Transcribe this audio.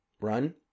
run